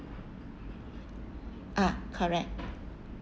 ah correct